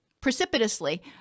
precipitously